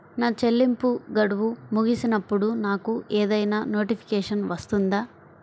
నా చెల్లింపు గడువు ముగిసినప్పుడు నాకు ఏదైనా నోటిఫికేషన్ వస్తుందా?